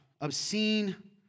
Obscene